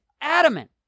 adamant